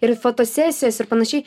ir fotosesijos ir panašiai